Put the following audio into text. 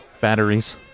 Batteries